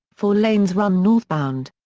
four lanes run northbound.